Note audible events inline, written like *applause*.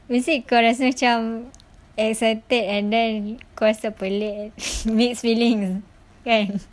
mesti kau rasa macam excited and then kau rasa pelik *laughs* mixed feelings kan